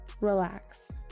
relax